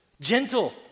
gentle